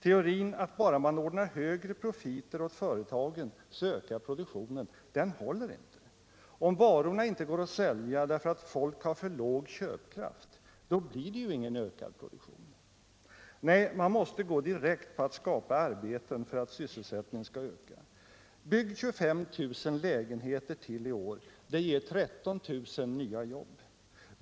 Teorin att produktionen ökar bara man ordnar högre profiter åt företagen, den håller inte. Om varorna inte går att sälja därför att folk har för låg köpkraft, blir det ju ingen ökad produktion. Nej, man måste gå direkt på att skapa arbeten för att sysselsättningen skall Finansdebatt Finansdebatt 110 öka. Bygg ytterligare 25 000 lägenheter i år — det ger 13 000 nya jobb.